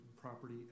property